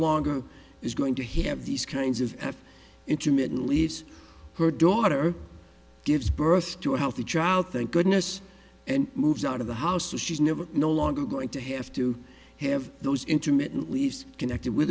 longer is going to have these kinds of intermittent leaves her daughter gives birth to a healthy child thank goodness and moves out of the house so she's never no longer going to have to have those intermittent leaves connected with